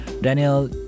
Daniel